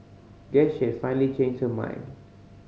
guess she had finally changed her mind